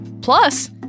Plus